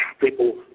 People